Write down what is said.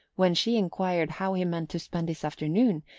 when she enquired how he meant to spend his afternoon,